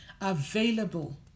available